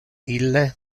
ille